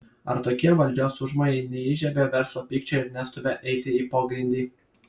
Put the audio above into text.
ar tokie valdžios užmojai neįžiebia verslo pykčio ir nestumia eiti į pogrindį